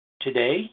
Today